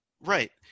Right